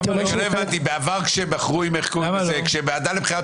הבעיה הזאת היא בעיה שהצפנו אתמול, היא קיימת.